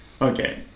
Okay